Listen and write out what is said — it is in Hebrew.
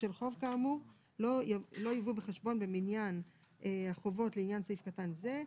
בשל חוב כאמור לא יובאו בחשבון במניין החובות לעניין סעיף קטן זה".